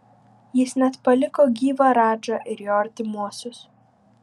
jis net paliko gyvą radžą ir jo artimuosius